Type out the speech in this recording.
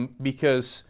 um because